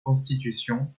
constitution